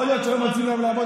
יכול להיות שלא מציעים לעבוד,